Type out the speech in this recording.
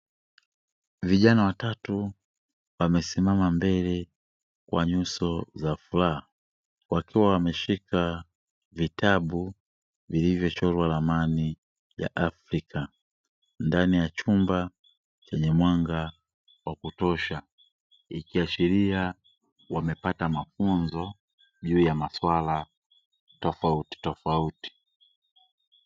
Vijana watatu wamesimama mbele kwa nyuso za furaha wakiwa wameshika vitabu vilivyochorwa ramani ya Afrika, ndani ya chumba chenye mwanga wa kutosha. Ikiashiria wamepata mafunzo juu ya maswala tofautitofauti.